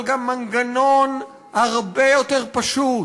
אבל גם מנגנון הרבה יותר פשוט.